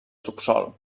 subsòl